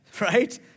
right